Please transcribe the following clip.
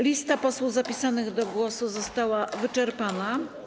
Lista posłów zapisanych do głosu została wyczerpana.